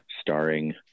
starring